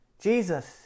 Jesus